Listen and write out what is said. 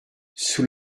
sous